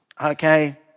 okay